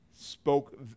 spoke